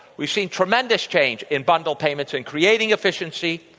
we've seen tremendous change in bundled payments, in creating efficiency,